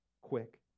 quick